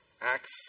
Acts